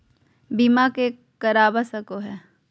बीमा के करवा सको है?